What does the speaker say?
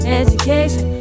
education